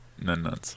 None